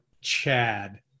Chad